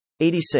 86